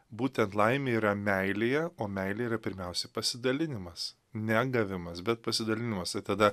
būtent laimė yra meilėje o meilė yra pirmiausia pasidalinimas ne gavimas bet pasidalinimas tai tada